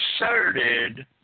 inserted